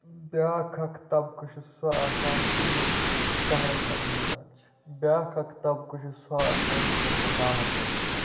بیاکھ اَکھ طبقہٕ چھُ سُہ آسان یُس زَن تہِ شہرَن مَنٛز روزان چھِ بیاکھ اَکھ طبقہٕ چھُ سُہ آسان یُس زَن تہِ گامَن مَنٛز روزان چھِ